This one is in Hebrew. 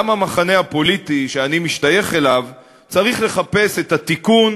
גם המחנה הפוליטי שאני משתייך אליו צריך לחפש את התיקון